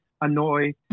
annoy